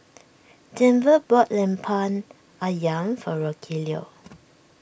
Denver bought Lemper Ayam for Rogelio